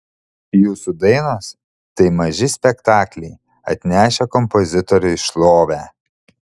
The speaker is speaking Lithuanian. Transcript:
jūsų dainos tai maži spektakliai atnešę kompozitoriui šlovę